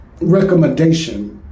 recommendation